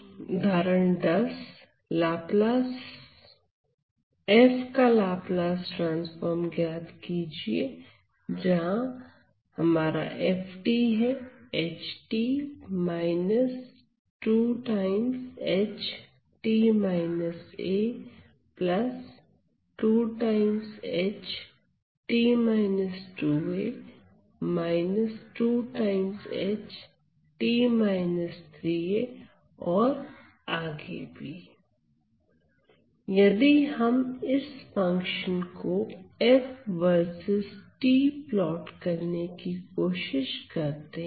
उदाहरण Lf ज्ञात कीजिए जहां यदि हम इस फंक्शन को f वर्सेस t प्लॉट करने की कोशिश करते हैं